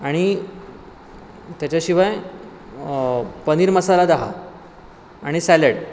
आणि त्याच्याशिवाय पनीर मसाला दहा आणि सॅलड